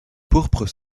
pourpres